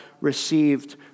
received